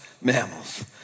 mammals